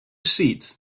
seats